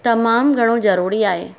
तमामु घणो ज़रूरी आहे